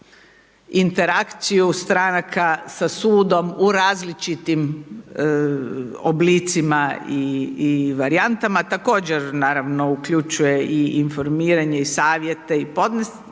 interakciju stranka sa sudom u različitim oblicima i varijantama, također, naravno uključuje informiranje i savjete i podneske,